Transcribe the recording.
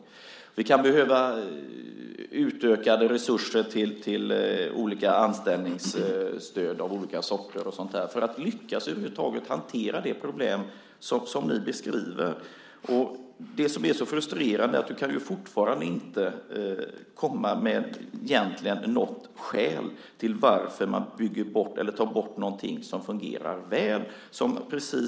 Det kan behövas utökade resurser till olika anställningsstöd och sådant för att man över huvud taget ska lyckas hantera det problem som ni beskriver. Det som är så frustrerande är att du fortfarande egentligen inte kan komma med något skäl till att man tar bort någonting som fungerar väl.